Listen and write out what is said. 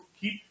keep